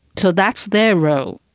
so that's their role.